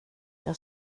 jag